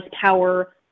power